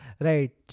right